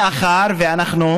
מאחר שאנחנו